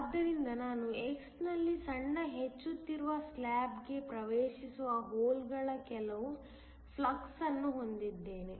ಆದ್ದರಿಂದ ನಾನು x ನಲ್ಲಿ ಸಣ್ಣ ಹೆಚ್ಚುತ್ತಿರುವ ಸ್ಲ್ಯಾಬ್ಗೆ ಪ್ರವೇಶಿಸುವ ಹೋಲ್ಗಳ ಕೆಲವು ಫ್ಲಕ್ಸ್ ಅನ್ನು ಹೊಂದಿದ್ದೇನೆ